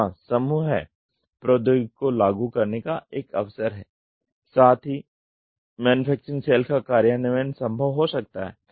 यहाँ समूह प्रौद्योगिकी को लागू करने का एक अवसर है साथ ही मैन्युफैक्चरिंग सेल का कार्यान्वयन संभव हो सकता है